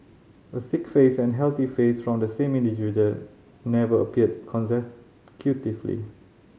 a sick face and healthy face from the same individual never appeared consecutively